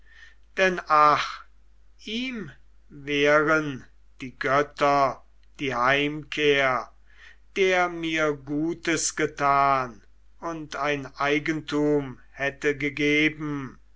denn ach ihm wehren die götter die heimkehr der mir gutes getan und ein eigentum hätte gegeben